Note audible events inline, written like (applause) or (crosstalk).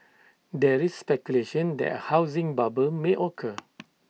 there is speculation that A housing bubble may occur (noise)